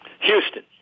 Houston